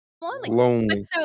Lonely